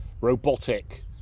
robotic